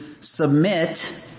submit